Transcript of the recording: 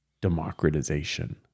democratization